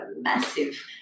massive